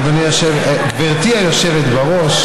אדוני גברתי היושבת בראש,